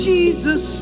Jesus